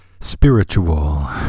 spiritual